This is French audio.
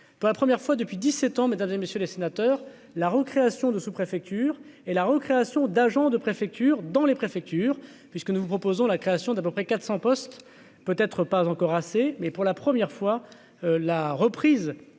pour la première fois depuis 17 ans, mais des messieurs les sénateurs, la recréation de sous-préfecture et la recréation d'agents de préfecture dans les préfectures, puisque nous vous proposons : la création d'à peu près 400 postes peut être pas encore assez, mais pour la première fois la reprise.